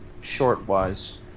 short-wise